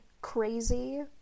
crazy